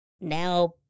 now